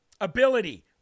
ability